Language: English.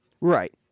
Right